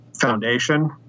foundation